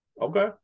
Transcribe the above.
Okay